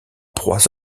proie